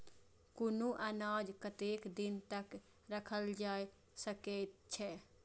कुनू अनाज कतेक दिन तक रखल जाई सकऐत छै?